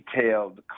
detailed